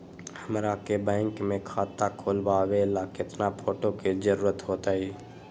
हमरा के बैंक में खाता खोलबाबे ला केतना फोटो के जरूरत होतई?